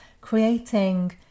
creating